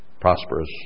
prosperous